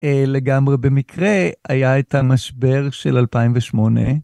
לגמרי במקרה, היה את המשבר של 2008.